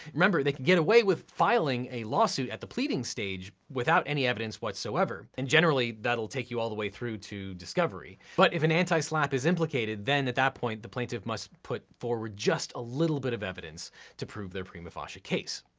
remember, they can get away with filing a lawsuit at the pleading stage without any evidence whatsoever. and generally, that'll take you all the way through to discovery. but if an anti-slapp is implicated, then at that point, the plaintiff must put forward just a little bit of evidence to prove their prima facie case.